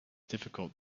difficult